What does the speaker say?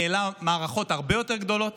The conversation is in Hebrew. ניהלה מערכות הרבה יותר גדולות,